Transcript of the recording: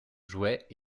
jouets